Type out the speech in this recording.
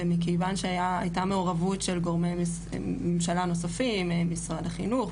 ומכיוון שהייתה מעורבות של גורמי ממשלה נוספים משרד החינוך,